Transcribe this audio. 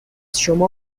شما